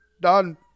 Done